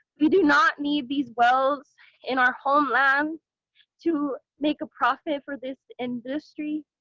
we do not need these wells in our homeland to make a profit for this industry.